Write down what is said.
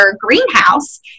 greenhouse